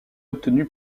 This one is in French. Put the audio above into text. obtenue